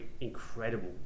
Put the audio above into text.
incredible